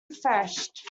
refreshed